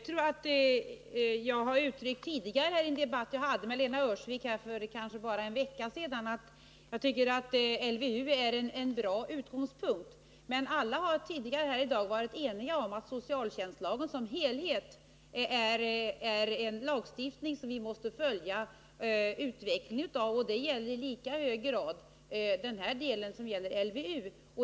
Herr talman! I en debatt jag hade med Lena Öhrsvik för ungefär en vecka sedan, uttryckte jag att jag anser att LVU är en bra utgångspunkt. Alla har tidigare i dag varit eniga om att socialtjänstlagen som helhet är en lagstiftning vars utveckling vi måste följa. Det gäller i lika hög grad den del som berör LVU.